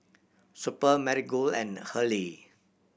Super Marigold and Hurley